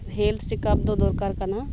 health checkup ᱫᱚ ᱫᱚᱨᱠᱟᱨ ᱠᱟᱱᱟ